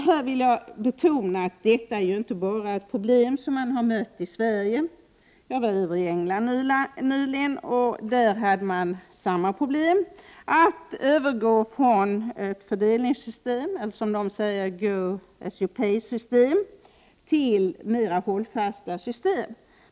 Här vill jag betona att detta problem inte är något man bara har mött i Sverige. Jag var i England nyligen, och där hade man samma problem att övergå från ett fördelningssystem, ett s.k. go-as-you-pay-system, till ett mera hållfast system.